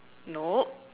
nope